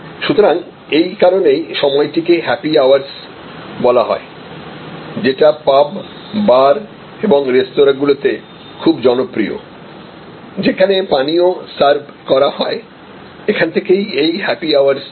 সুতরাং এই কারণেই সময়টিকে হ্যাপি আওয়ার্স বলা হয় যেটা পাব বার এবং রেস্তোঁরাগুলিতে খুব জনপ্রিয় যেখানে পানীয় সার্ভ করা হয় এখান থেকেই এই হ্যাপি আওয়ার্স নামটি এসেছে